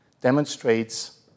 demonstrates